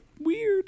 weird